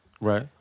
Right